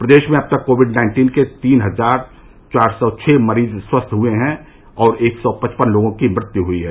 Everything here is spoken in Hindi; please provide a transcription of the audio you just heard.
प्रदेश में अब तक कोविड नाइन्टीन के तीन हजार चार सौ छः मरीज स्वस्थ हुए हैं और एक सौ पचपन लोगों की मृत्यु हुयी है